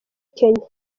kenya